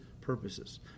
purposes